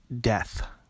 death